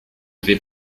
vais